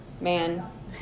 man